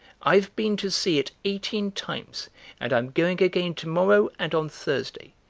i've been to see it eighteen times and i'm going again to-morrow and on thursday.